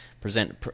present